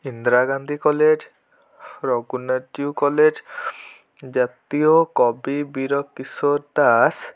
Indira Gandhi college Raghunath Jiu college ଜାତୀୟ କବି ବୀର କିଶୋର ଦାସ